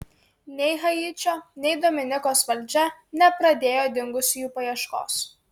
nei haičio nei dominikos valdžia nepradėjo dingusiųjų paieškos